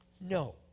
No